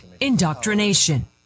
indoctrination